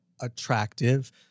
attractive